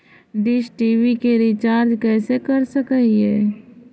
Dish TV के recharge कैसे कर सक हिय?